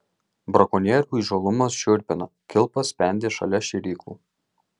brakonierių įžūlumas šiurpina kilpas spendė šalia šėryklų